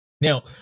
Now